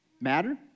matter